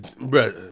Bro